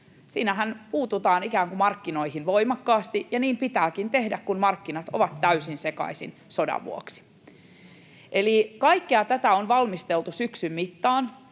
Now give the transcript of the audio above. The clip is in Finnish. Siinähän puututaan markkinoihin voimakkaasti, ja niin pitääkin tehdä, kun markkinat ovat täysin sekaisin sodan vuoksi. Eli kaikkea tätä on valmisteltu syksyn mittaan.